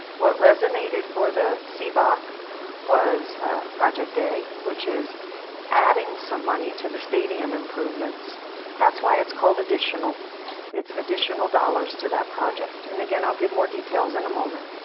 what resonated for the cboc was project a, which is adding some money to the stadium improvements that's why it's called additional it's additional dollars to that project. and again i'll give more details in a moment.